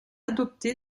adopté